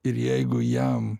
ir jeigu jam